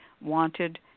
wanted